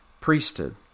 priesthood